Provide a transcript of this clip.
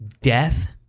death